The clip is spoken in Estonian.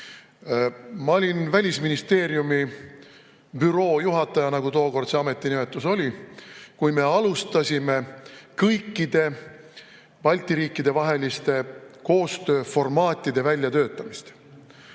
Ma olin Välisministeeriumi büroo juhataja, nagu tookord see ametinimetus oli, kui me alustasime kõikide Balti riikide vaheliste koostööformaatide väljatöötamist.